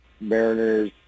Mariners